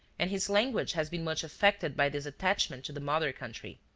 and his language has been much affected by this attachment to the mother country.